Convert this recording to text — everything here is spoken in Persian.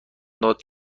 داد